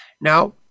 Now